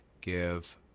give